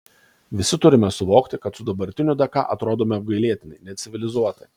visi turime suvokti kad su dabartiniu dk atrodome apgailėtinai necivilizuotai